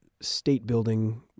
state-building